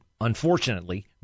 unfortunately